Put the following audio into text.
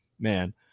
man